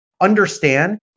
understand